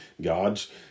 God's